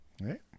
right